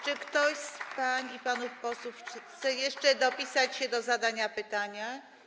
Czy ktoś z pań i panów posłów chce jeszcze dopisać się do zadania pytania?